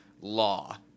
law